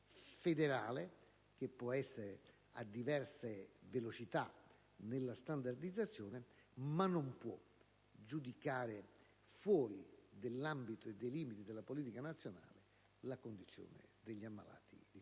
federale, che può essere a diverse velocità nella standardizzazione, ma non può giudicare, fuori dell'ambito e dei limiti della politica nazionale, la condizione dei malati di tumore.